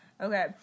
Okay